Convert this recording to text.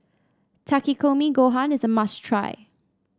Takikomi Gohan is a must try